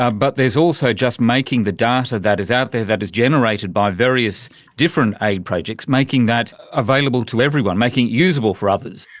ah but is also just making the data that is out there, that is generated by various different aid projects, making that available to everyone, making it usable for others.